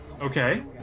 Okay